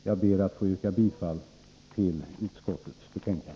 Jag ber att få yrka bifall till utskottets hemställan.